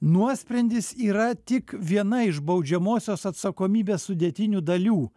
nuosprendis yra tik viena iš baudžiamosios atsakomybės sudėtinių dalių